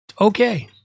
Okay